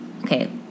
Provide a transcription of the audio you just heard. okay